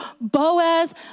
Boaz